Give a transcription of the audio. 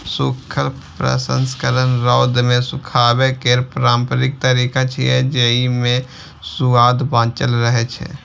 सूखल प्रसंस्करण रौद मे सुखाबै केर पारंपरिक तरीका छियै, जेइ मे सुआद बांचल रहै छै